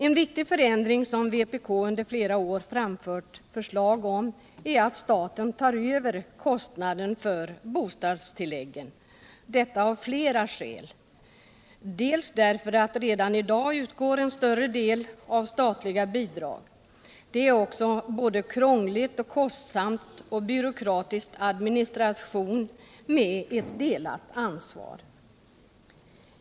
En viktig förändring som vpk under flera år framfört förslag om är att staten tar över hela kostnaden för bostadstilläggen, detta av flera skäl: dels därför att redan i dag större delen utgörs av statliga bidrag, dels därför att det är en krånglig, kostsam och byråkratisk administration med ett delat ansvar.